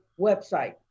website